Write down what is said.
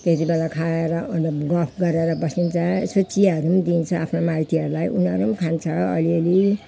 त्यति बेला खाएर अन्त गफ गरेर बसिन्छ यसो चियाहरू पनि दिइन्छ आफ्नो माइतीहरूलाई उनीहरू पनि खान्छ अलि अलि